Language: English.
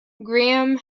graham